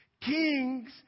Kings